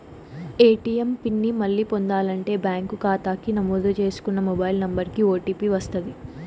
ATM PIN ని మళ్ళీ పొందాలంటే బ్యాంకు కాతాకి నమోదు చేసుకున్న మొబైల్ నంబరికి ఓ.టీ.పి వస్తది